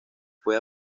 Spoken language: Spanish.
fue